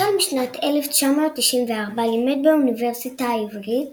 החל משנת 1994 לימד באוניברסיטה העברית,